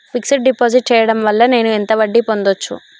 Fix డ్ deposit చేయటం వల్ల నేను ఎంత వడ్డీ పొందచ్చు?